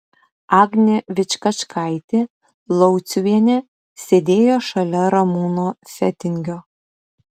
agnė vičkačkaitė lauciuvienė sėdėjo šalia ramūno fetingio